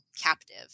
captive